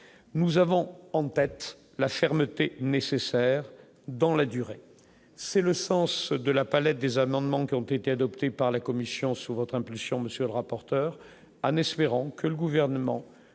nous avons en tête la fermeté nécessaire dans la durée, c'est le sens de la palette des amendements qui ont été adoptés par la commission sous votre impulsion, monsieur le rapporteur, en espérant que le gouvernement